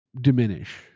diminish